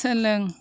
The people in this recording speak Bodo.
सोलों